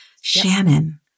Shannon